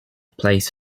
place